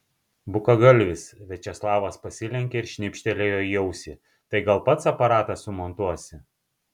bukagalvis viačeslavas pasilenkė ir šnipštelėjo į ausį tai gal pats aparatą sumontuosi